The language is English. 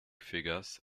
figures